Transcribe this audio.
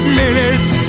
minutes